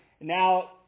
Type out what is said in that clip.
Now